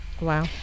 Wow